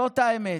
זאת האמת.